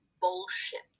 bullshit